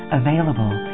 available